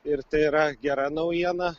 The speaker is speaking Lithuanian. ir tai yra gera naujiena